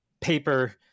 paper